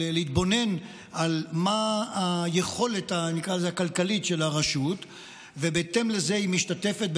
להתבונן על מה היכולת הכלכלית של הרשות ובהתאם לזה היא משתתפת,